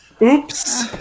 Oops